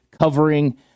covering